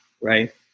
right